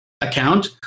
account